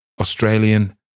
Australian